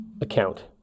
account